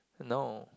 no